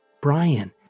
Brian